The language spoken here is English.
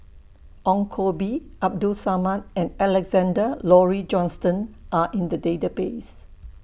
Ong Koh Bee Abdul Samad and Alexander Laurie Johnston Are in The Database